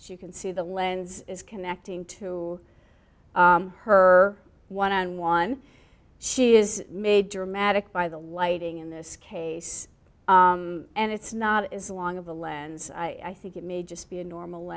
she can see the lens is connecting to her one on one she is made dramatic by the lighting in this case and it's not as long of a lens i think it may just be a normal